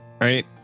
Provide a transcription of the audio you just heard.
Right